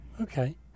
Okay